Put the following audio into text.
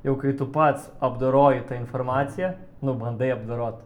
jau kai tu pats apdoroji tą informaciją nu bandai apdorot